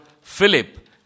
Philip